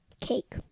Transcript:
Cake